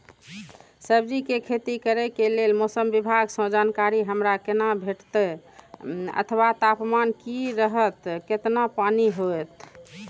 सब्जीके खेती करे के लेल मौसम विभाग सँ जानकारी हमरा केना भेटैत अथवा तापमान की रहैत केतना पानी होयत?